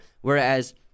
Whereas